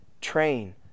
train